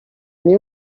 nie